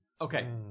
Okay